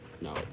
no